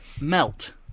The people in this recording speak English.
melt